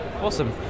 awesome